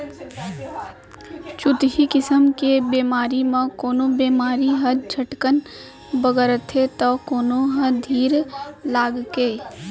छुतही किसम के बेमारी म कोनो बेमारी ह झटकन बगरथे तौ कोनो ह धीर लगाके